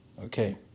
okay